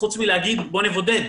חוץ מלהגיד "בואו נבודד".